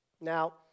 Now